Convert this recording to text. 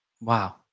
Wow